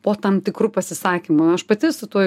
po tam tikru pasisakymu aš pati su tuo